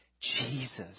Jesus